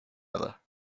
other